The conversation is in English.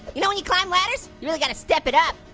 you know when you climb ladders, you really gotta step it up.